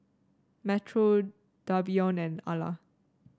Metro Davion and Alla